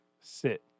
sit